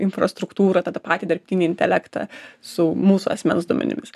infrastruktūrą tą tą patį dirbtinį intelektą su mūsų asmens duomenimis